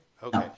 Okay